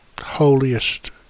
holiest